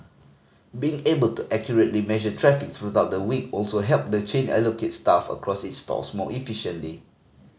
being able to accurately measure traffic throughout the week also helped the chain allocate staff across its stores more efficiently